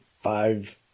five